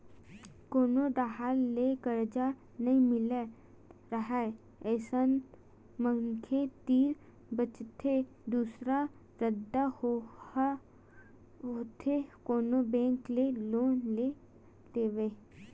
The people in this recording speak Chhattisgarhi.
कोनो डाहर ले करजा नइ मिलत राहय अइसन मनखे तीर बचथे दूसरा रद्दा ओहा होथे कोनो बेंक ले लोन के लेवई